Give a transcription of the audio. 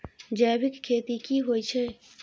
जैविक खेती की होए छै?